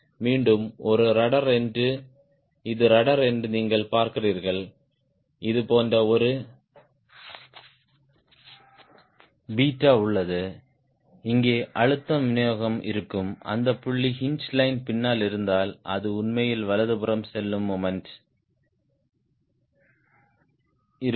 மீண்டும் இது ரட்ட்ர் என்று நீங்கள் பார்க்கிறீர்கள் இது போன்ற ஒரு 𝛽 உள்ளது இங்கே அழுத்தம் விநியோகம் இருக்கும் அந்த புள்ளி ஹின்ஜ் லைன் பின்னால் இருந்தால் அது உண்மையில் வலதுபுறம் செல்லும் மொமெண்ட் இருக்கும்